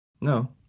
No